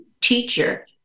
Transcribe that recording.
teacher